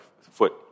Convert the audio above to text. foot